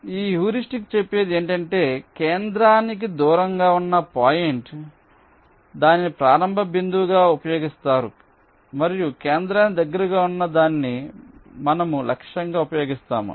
కాబట్టి ఈ హ్యూరిస్టిక్స్ చెప్పేది ఏమిటంటే కేంద్రానికి దూరంగా ఉన్న పాయింట్ మీరు దానిని ప్రారంభ బిందువుగా ఉపయోగిస్తారు మరియు కేంద్రానికి దగ్గరగా ఉన్న దాన్ని మేము లక్ష్యంగా ఉపయోగిస్తాము